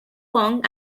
kong